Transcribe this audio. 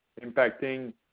impacting